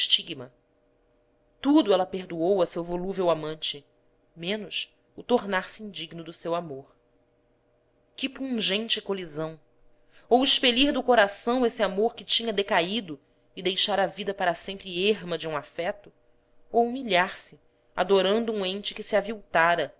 estigma tudo ela perdoou a seu volúvel amante menos o tornar-se indigno do seu amor que pungente colisão ou expelir do coração esse amor que tinha decaído e deixar a vida para sempre erma de um afeto ou humilhar-se adorando um ente que se